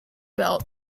belt